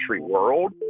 world